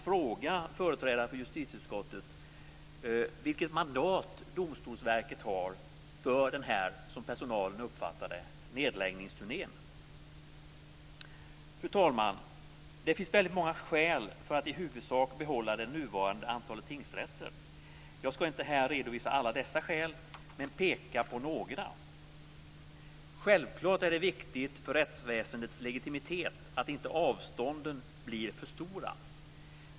Fru talman! Det finns väldigt många skäl för att i huvudsak behålla det nuvarande antalet tingsrätter. Jag ska inte här redovisa alla dessa skäl, men peka på några. Självklart är det viktigt för rättsväsendets legitimitet att inte avstånden blir för stora.